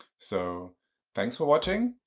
so thanks for watching,